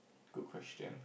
good question